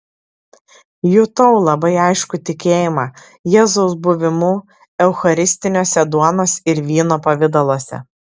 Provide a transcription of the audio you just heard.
jutau labai aiškų tikėjimą jėzaus buvimu eucharistiniuose duonos ir vyno pavidaluose